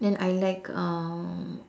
then I like um